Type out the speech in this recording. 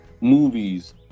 movies